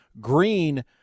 Green